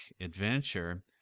adventure